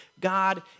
God